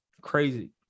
Crazy